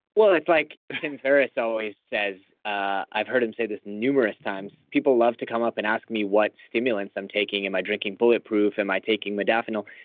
well, it's like tim ferriss always says. i've heard him say this numerous times. people love to come up and ask me what stimulants i'm taking. am i drinking bulletproof? am i taking modafinil?